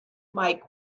might